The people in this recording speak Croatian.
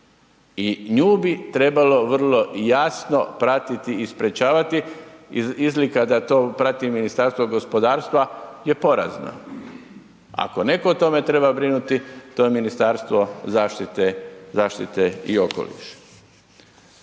i nju bi trebalo vrlo jasno pratiti i sprječavati, izlika da to prati Ministarstva je porazno. Ako netko o tome treba brinuti, to je Ministarstvo zaštite i okoliša.